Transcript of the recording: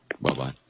Bye-bye